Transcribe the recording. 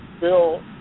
bill